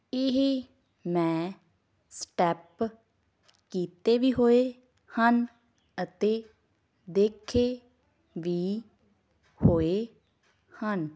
ਇਹ ਮੈਂ ਸਟੈਪ ਕੀਤੇ ਵੀ ਹੋਏ ਹਨ ਅਤੇ ਦੇਖੇ ਵੀ ਹੋਏ ਹਨ